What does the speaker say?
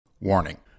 warning